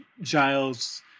Giles